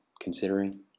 considering